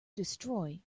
destroy